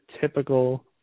typical